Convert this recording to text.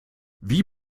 wie